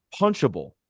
punchable